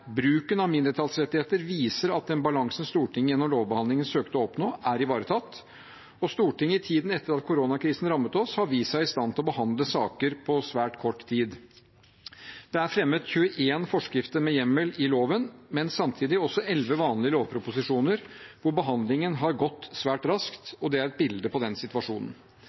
bruken av mindretallsrettigheter viser at den balansen Stortinget gjennom lovbehandlingen søkte å oppnå, er ivaretatt, og at Stortinget i tiden etter at koronakrisen rammet oss, har vist seg i stand til å behandle saker på svært kort tid. Det er fremmet 21 forskrifter med hjemmel i loven, men samtidig også 11 vanlige lovproposisjoner, hvor behandlingen har gått svært raskt. Det er et bilde på den situasjonen.